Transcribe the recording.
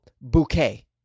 bouquet